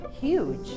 huge